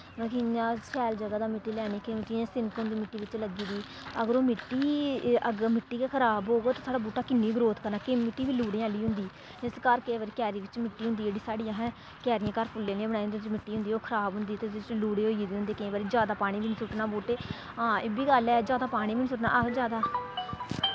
मतलब कि इ'यां शैल ज'गा दा मिट्ठी लैनी क्योंकि जि'यां सिनक होंदी मिट्टी बिच्च लग्गी दी अगर ओह् मिट्टी अगर मिट्टी गै खराब होग ते साढ़ा बूह्टा किन्नी ग्रोथ करना केईं मिट्टी बी लुढ़ें आह्ली होंदी इस कारण केईं बारी क्यारी बिच्च मिट्टी होंदी जेह्ड़ी साढ़ी अस क्यारियां घर फुल्लें आह्लियां बनाई दियां होंदियां ओह्दे च मिट्टी होंदी ओह् खराब होंदी ते ओह्दे च लुढ़े होई गेदे होंदे केईं बारी जैदा पानी बी निं सु'ट्टना बूह्टे हां एह् बी गल्ल ऐ जैदा पानी बी निं सु'ट्टना आहो जैदा